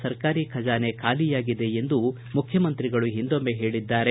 ಸರ್ಕಾರಿ ಖಜಾನೆ ಖಾಲಿಯಾಗಿದೆ ಎಂದು ಮುಖ್ಯಮಂತ್ರಿಗಳು ಹಿಂದೊಮ್ಮೆ ಹೇಳಿದ್ದಾರೆ